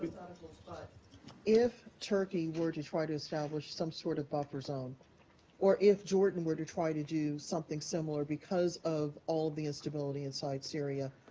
ah if turkey were to try to establish some sort of buffer zone or if jordan were to try to do something similar because of all the instability inside syria,